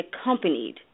accompanied